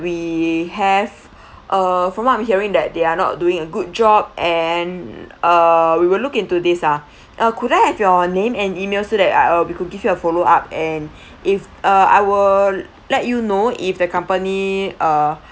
we have uh from what I'm hearing that they are not doing a good job and uh we will look into this ah uh could I have your name and email so that I uh we could give you a follow up and if uh I will let you know if the company uh